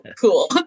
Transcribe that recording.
cool